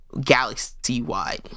galaxy-wide